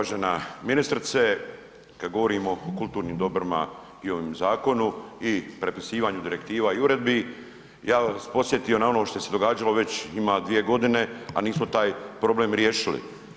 Uvažena ministrice, kad govorimo o kulturnim dobrima i ovom zakonu i prepisivanju direktiva i uredbi, ja bi vas podsjetio na ono što se događalo već, ima dvije godine, a nismo taj problem riješili.